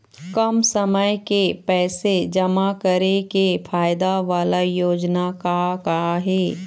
कम समय के पैसे जमा करे के फायदा वाला योजना का का हे?